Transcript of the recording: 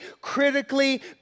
critically